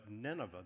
Nineveh